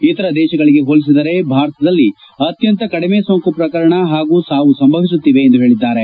ಇತರ ದೇಶಗಳಿಗೆ ಹೋಲಿಸಿದರೆ ಭಾರತದಲ್ಲಿ ಅತ್ಯಂತ ಕಡಿಮೆ ಸೋಂಕು ಶ್ರಕರಣ ಹಾಗೂ ಸಾವು ಸಂಭವಿಸುತ್ತಿವೆ ಎಂದು ಹೇಳದ್ದಾರೆ